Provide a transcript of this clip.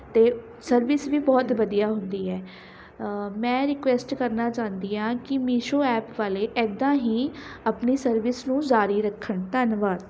ਅਤੇ ਸਰਵਿਸ ਵੀ ਬਹੁਤ ਵਧੀਆ ਹੁੰਦੀ ਹੈ ਮੈਂ ਰਿਕੁਐਸਟ ਕਰਨਾ ਚਾਹੁੰਦੀ ਹਾਂ ਕਿ ਮੀਸ਼ੋ ਐਪ ਵਾਲੇ ਇੱਦਾਂ ਹੀ ਆਪਣੀ ਸਰਵਿਸ ਨੂੰ ਜਾਰੀ ਰੱਖਣ ਧੰਨਵਾਦ